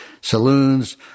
saloons